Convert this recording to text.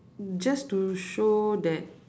just to show that